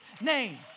name